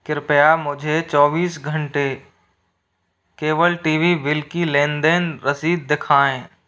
कृपया मुझे चौबीस घंटे केवल टी वी विल की लेन देन रसीद दिखाएँ